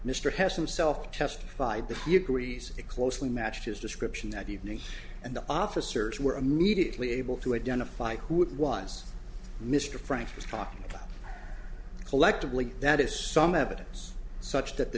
heston self testified that you grease it closely matched his description that evening and the officers were immediately able to identify who it was mr frank was talking about collectively that is some evidence such that the